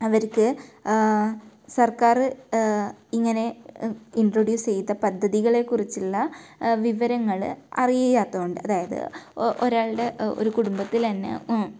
അവർക്ക് സർക്കാർ ഇങ്ങനെ ഇൻട്രൊഡ്യൂസ് ചെയ്ത പദ്ധതികളെ കുറിച്ചുള്ള വിവരങ്ങൾ അറിയാത്തതുകൊണ്ട് അതായത് ഒരാളുടെ ഒരു കുടുംബത്തിൽ തന്നെ